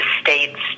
states